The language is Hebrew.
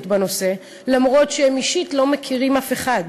בנושא למרות שהם אישית לא מכירים אף אחד,